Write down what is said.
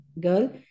girl